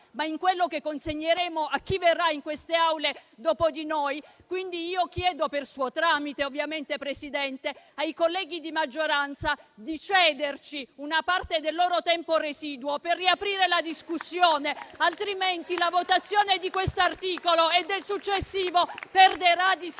ma in quello che consegneremo a chi verrà in queste Aule dopo di noi. Per suo tramite, signora Presidente, chiedo quindi ai colleghi di maggioranza di cederci una parte del loro tempo residuo per riaprire la discussione, altrimenti la votazione di questo articolo e del successivo perderà di